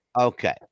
Okay